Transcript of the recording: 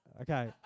okay